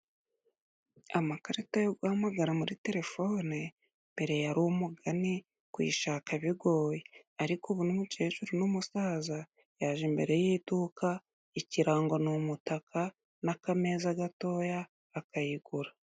Amakarita yo guhamagara muri telefone mbere yari umugani kuyishaka bigoye, ariko ubu umukecuru n'umusaza yaje imbere y'iduka, ikirango ni umutaka n'akameza gatoya akayigura.